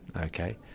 Okay